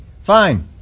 fine